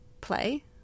play